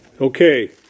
Okay